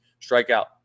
strikeout